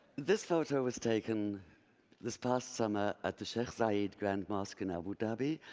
this photo was taken this past summer at the shaikh zayed grand mosque in abu dhabi,